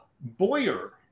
Boyer